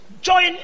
join